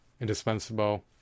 Indispensable